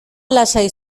lasai